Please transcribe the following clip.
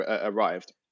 arrived